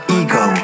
ego